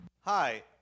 Hi